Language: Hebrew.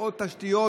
ועוד תשתיות